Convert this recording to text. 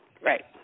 Right